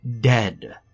dead